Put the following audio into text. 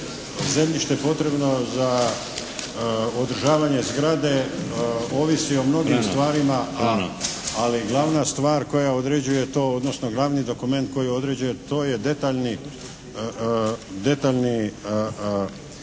Zemljište potrebno za održavanje zgrade ovisi o mnogim stvarima, ali glavna stvar koja određuje to, odnosno glavni dokument koji određuje to je detaljni